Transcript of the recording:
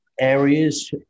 areas